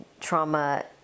trauma